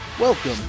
Welcome